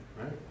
right